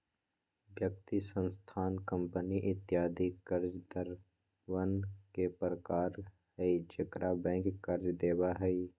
व्यक्ति, संस्थान, कंपनी इत्यादि कर्जदारवन के प्रकार हई जेकरा बैंक कर्ज देवा हई